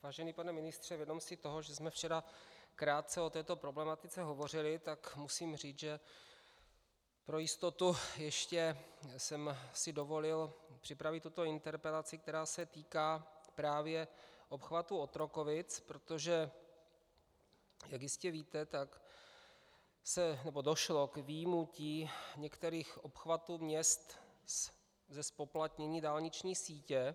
Vážený pane ministře, vědom si toho, že jsme včera krátce o této problematice hovořili, tak musím říct, že pro jistotu jsem si ještě dovolil připravit tuto interpelaci, která se týká právě obchvatu Otrokovic, protože jak jistě víte, došlo k vyjmutí některých obchvatů měst ze zpoplatnění dálniční sítě.